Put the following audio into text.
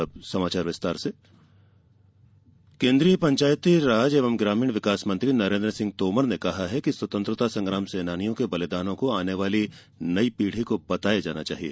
अब समाचार विस्तार से तोमर देशभक्ति केन्द्रीय पंचायतीराज एवं ग्रामीण विकास मंत्री नरेन्द्र सिंह तोमर ने कहा है कि स्वतंत्रता संग्राम सेनानियों के बलिदानों को आने वाली पीढ़ी को बताया जाना चाहिए